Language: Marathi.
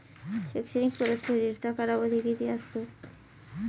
शैक्षणिक परतफेडीचा कालावधी किती असतो?